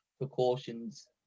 precautions